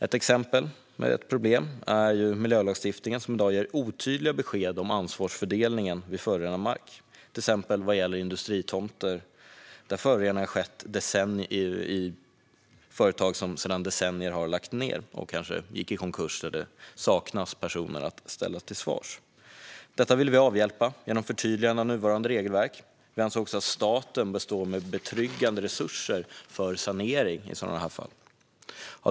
Ett exempel på ett problem är miljölagstiftningen, som i dag ger otydliga besked om ansvarsfördelningen när det gäller förorenad mark, till exempel vad gäller industritomter där föroreningen orsakats av företag som kanske lagts ned för decennier sedan. De har kanske gått i konkurs, och det saknas personer som kan ställas till svars. Detta vill vi avhjälpa genom förtydligande av nuvarande regelverk. Vi anser också att staten bör stå för betryggande resurser för sanering i sådana här fall.